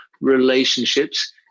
relationships